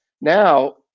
now